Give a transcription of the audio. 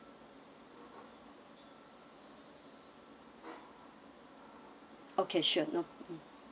okay sure no